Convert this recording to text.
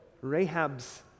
Rahab's